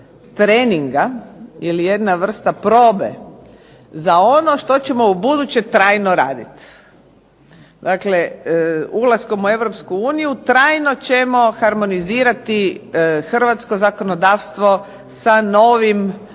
treninga ili jedna vrsta probe za ono što ćemo u buduće trajno raditi. Dakle, ulaskom u Europsku uniju trajno ćemo harmonizirati hrvatsko zakonodavstvo sa novim